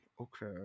okay